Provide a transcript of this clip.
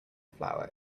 flower